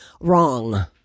wrong